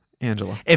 Angela